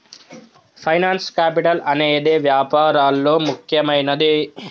finance capital అనేదే వ్యాపారాల్లో ముఖ్యమైనది